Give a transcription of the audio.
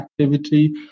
activity